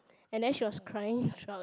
and then she was crying throughout the